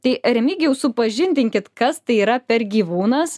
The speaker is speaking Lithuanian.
tai remigijau supažindinkit kas tai yra per gyvūnas